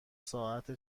ساعت